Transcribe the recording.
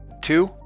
two